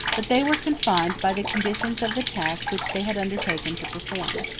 but they were confined by the conditions of the task which they had undertaken to perform.